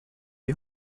die